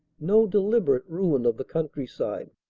no deliberate ruin of the countryside.